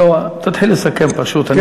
תתחיל לסכם פשוט.